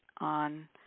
on